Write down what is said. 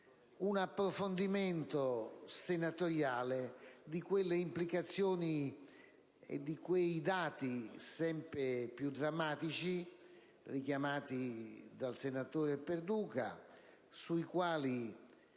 un approfondimento da parte del Senato di quelle implicazioni e di quei dati, sempre più drammatici, richiamati dal senatore Perduca, sui quali